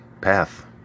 path